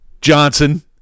Johnson